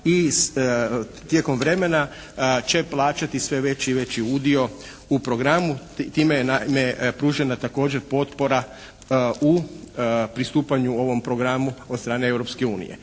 tijekom vremena će plaćati sve veći i veći udio u programu. Time je pružena također potpora u pristupanju ovom programu od strane Europske unije.